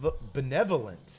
benevolent